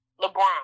LeBron